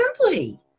simply